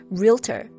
realtor